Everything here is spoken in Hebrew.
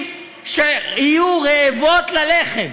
אלה נשים שיהיו רעבות ללחם.